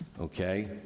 Okay